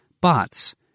Bots